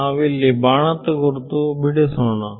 ನಾವು ಇಲ್ಲಿ ಬಾಣದಗುರುತು ಬಿಡಿಸೋಣ